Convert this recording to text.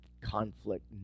Conflict